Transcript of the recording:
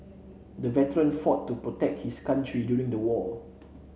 the veteran fought to protect his country during the war